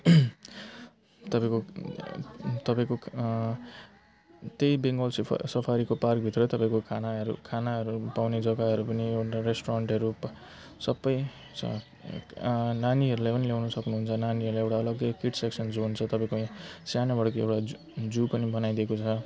तपाईँको तपाईँको त्यही बेङ्गल सफार् सफारीको पार्क भित्र तपाईँको खानाहरू खानाहरू पाउने जगाहरू पनि एउटा रेस्टुरेन्टहरू सब छ नानीहरूलाई पनि ल्याउन सक्नु हुन्छ नानीहरूलाई एउटा अलग्गै किड्स सेक्सन जोन छ स्यानोबडेको एउटा जू जू पनि बनाइदिएको छ